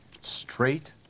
Straight